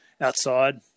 outside